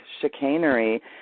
chicanery